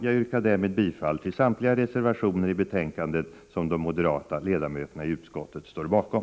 Jag yrkar därmed bifall till samtliga reservationer i betänkandet som de moderata ledamöterna i utskottet står bakom.